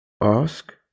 Ask